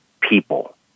people